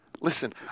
Listen